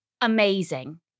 Amazing